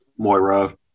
Moira